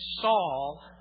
Saul